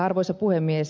arvoisa puhemies